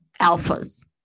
alphas